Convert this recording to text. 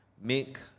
make